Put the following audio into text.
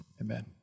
Amen